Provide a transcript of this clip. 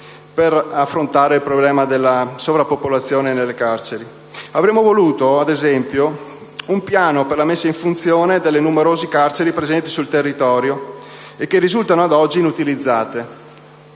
per affrontare il problema del sovraffollamento nelle carceri: avremmo voluto, ad esempio, un piano per la messa in funzione delle numerose carceri presenti sul territorio che risultano ad oggi inutilizzate;